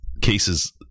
cases